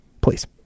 Please